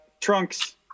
trunks